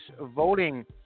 voting